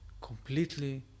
completely